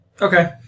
Okay